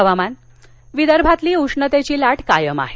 हवामान विदर्भातली उष्णतेची लाट कायम आहे